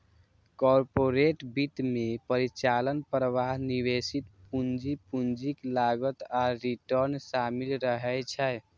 corporate वित्त मे परिचालन प्रवाह, निवेशित पूंजी, पूंजीक लागत आ रिटर्न शामिल रहै छै